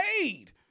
paid